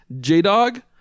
J-Dog